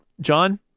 John